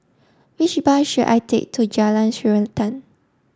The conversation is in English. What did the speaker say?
which bus should I take to Jalan Srantan